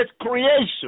creation